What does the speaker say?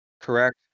Correct